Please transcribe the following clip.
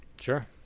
Sure